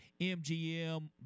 MGM